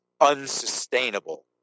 unsustainable